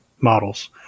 models